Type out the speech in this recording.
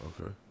Okay